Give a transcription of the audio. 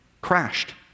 crashed